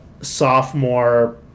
sophomore